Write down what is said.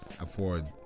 afford